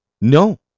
No